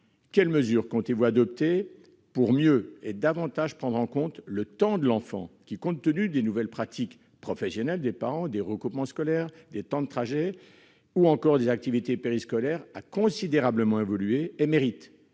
quelles mesures comptez-vous adopter pour mieux et davantage prendre en compte le temps de l'enfant, qui, compte tenu des nouvelles pratiques professionnelles des parents, des regroupements scolaires, des temps de trajets ou encore des activités périscolaires, a considérablement évolué ? Ces